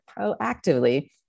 proactively